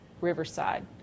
Riverside